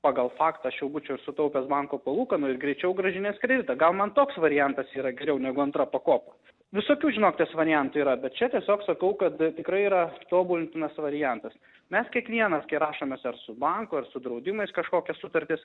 pagal faktą aš jau būčiau ir sutaupęs banko palūkanų ir greičiau grąžinęs kreditą gal man toks variantas yra geriau negu antra pakopos visokių žinokitės variantų yra bet čia tiesiog sakau kad tikrai yra tobulintinas variantas mes kiekvienas kai rašomės ar su banku ar su draudimais kažkokias sutartis